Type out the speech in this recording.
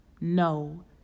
No